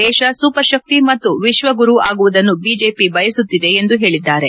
ದೇಶ ಸೂಪರ್ ಶಕ್ತಿ ಮತ್ತು ವಿಶ್ವ ಗುರು ಆಗುವುದನ್ನು ಬಿಜೆಪಿ ಬಯಸುತ್ತಿದೆ ಎಂದು ಹೇಳಿದ್ದಾರೆ